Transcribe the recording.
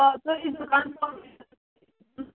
آ تُہۍ یِیٖزیٚو کنفرم